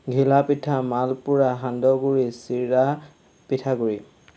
ঘিলাপিঠা মালপুৰা সান্দহগুড়ি চিৰা পিঠাগুড়ি